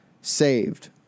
saved